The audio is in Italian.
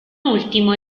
ultimo